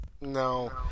No